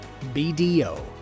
bdo